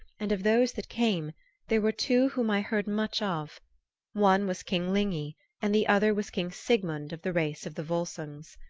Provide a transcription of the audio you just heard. and of those that came there were two whom i heard much of one was king lygni and the other was king sigmund of the race of the volsungs.